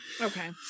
Okay